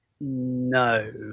No